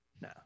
No